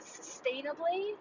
sustainably